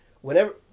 whenever